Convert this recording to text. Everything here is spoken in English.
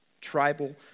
tribal